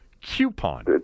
coupon